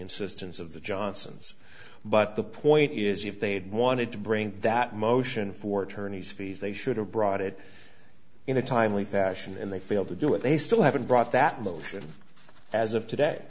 insistence of the johnsons but the point is if they had wanted to bring that motion for attorney's fees they should have brought it in a timely fashion and they failed to do it they still haven't brought that motion as of today